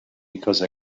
because